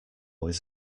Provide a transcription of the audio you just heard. was